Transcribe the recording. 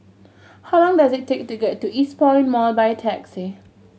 how long does it take to get to Eastpoint Mall by taxi